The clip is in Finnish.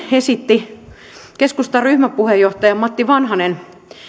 esitti hyvin keskustan ryhmäpuheenjohtaja matti vanhanen